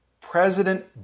President